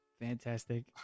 Fantastic